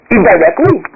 Indirectly